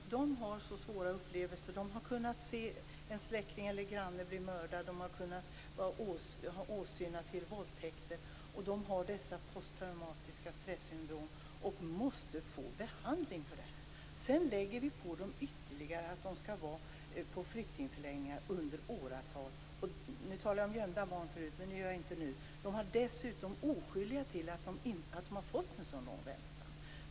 De har så svåra upplevelser. De har kunnat se en släkting eller granne bli mördad, och de har kunnat åse våldtäkter. De har dessa posttraumatiska stressyndrom och måste få behandling för det. Sedan lägger vi på dem ytterligare att de skall vara på flyktingförläggningar i åratal. Jag talade om gömda barn förut, men det gör jag inte nu. De är dessutom oskyldiga till att de har fått en så lång väntan.